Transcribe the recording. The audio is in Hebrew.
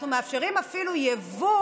אנחנו מאפשרים אפילו יבוא